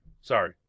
Sorry